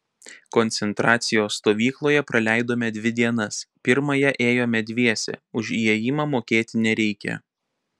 koncentracijos stovykloje praleidome dvi dienas pirmąją ėjome dviese už įėjimą mokėti nereikia